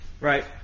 right